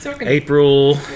april